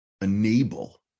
enable